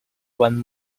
one